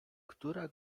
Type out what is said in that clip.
która